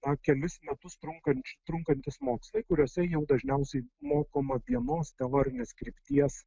na kelis metus trunkanč trunkantys mokslai kuriuose jau dažniausiai mokoma vienos teorinės krypties